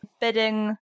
bidding